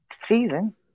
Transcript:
season